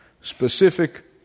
specific